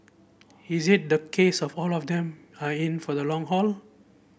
is it the case of all of them are in for the long haul